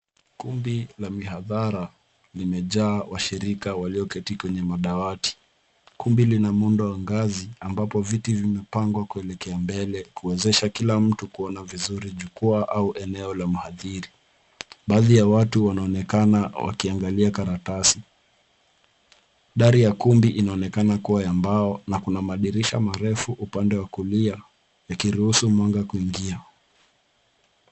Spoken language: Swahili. Kumbi la mihadhara limejaa washirika walioketi kwenye madawati. Kumbi lina muundo wa ngazi, ambapo viti vimepangwa kuelekea mbele, kuwezesha kila mtu kuona vizuri jukwaa au eneo la mahadhiri. Baadhi ya watu wanaonekana wakiangalia karatasi. Dari ya kumbi inaonekana kuwa ya mbao na kuna madirisha marefu upande wa kulia, yakiruhusu mwanga kuingia.